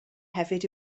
hefyd